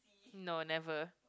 no never